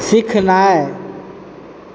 सिखनाय